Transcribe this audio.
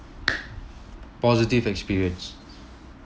positive experience